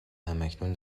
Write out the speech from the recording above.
هماکنون